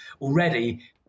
already